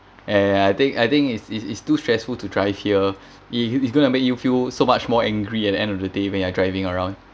and I think I think is is it's too stressful to drive here it it's gonna make you feel so much more angry at the end of the day when you're driving around